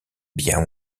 bien